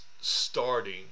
starting